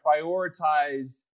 prioritize